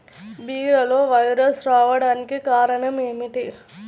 బీరలో వైరస్ రావడానికి కారణం ఏమిటి?